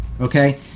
okay